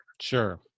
sure